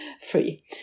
free